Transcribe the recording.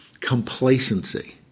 complacency